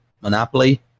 Monopoly